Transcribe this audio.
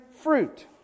fruit